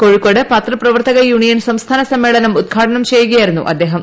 കോഴിക്കോട് പത്രപ്രവർത്തക യൂണിയൻ സംസ്ഥാന സമ്മേളനം ഉദ്ഘാടനം ചെയ്യുകയായിരുന്നു അദ്ദേഹം